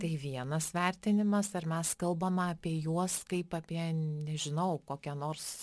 tai vienas vertinimas ar mes kalbam apie juos kaip apie nežinau kokią nors